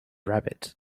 rabbit